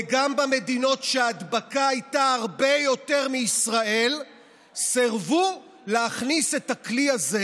וגם במדינות שההדבקה הייתה הרבה יותר מבישראל סירבו להכניס את הכלי הזה,